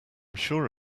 sure